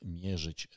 mierzyć